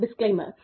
disclaimer